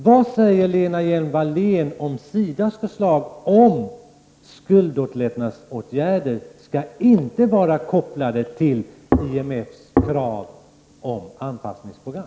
Vad säger Lena Hjelm-Wallén om SIDAS förslag om att skuldlättnadsåtgärder inte skall vara kopplade till IMFs krav på anpassningsprogram?